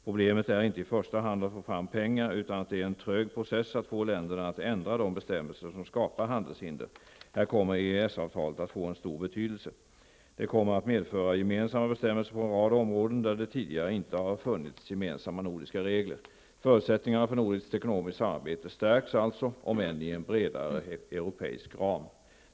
Problemet är inte i första hand att få fram pengar, utan att det är en trög process att få länderna att ändra de bestämmelser som skapar handelshinder. Här kommer EES-avtalet att få en stor betydelse. Det kommer att medföra gemensamma bestämmelser på en rad områden, där det tidigare inte har funnits gemensamma nordiska regler. Förutsättningarna för nordiskt ekonomiskt samarbete stärks alltså, om än i en bredare europeisk ram.